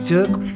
took